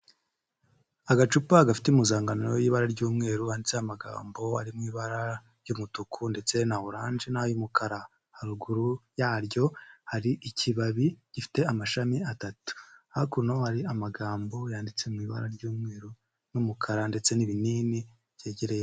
Agacupa gafite impuzangano y'ibara ry'umweru handitseho amagambo arimo ibara ry'umutuku ndetse na oranje, y'umukara, haruguru yaryo hari ikibabi gifite amashami atatu, hakuno hari amagambo yanditse mu ibara ry'umweru n'umukara ndetse n'ibinini byegerejwe.